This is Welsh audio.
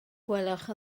gwelwch